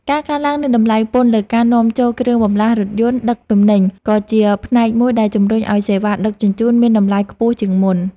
ការកើនឡើងនៃតម្លៃពន្ធលើការនាំចូលគ្រឿងបន្លាស់រថយន្តដឹកទំនិញក៏ជាផ្នែកមួយដែលជម្រុញឱ្យសេវាដឹកជញ្ជូនមានតម្លៃខ្ពស់ជាងមុន។